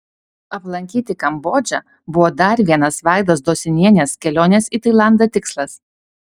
aplankyti kambodžą buvo dar vienas vaidos dosinienės kelionės į tailandą tikslas